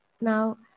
Now